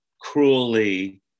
cruelly